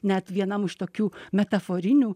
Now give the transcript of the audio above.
net vienam iš tokių metaforinių